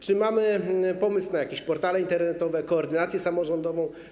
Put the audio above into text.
Czy mamy pomysł na jakieś portale internetowe, koordynację samorządową?